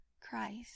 Christ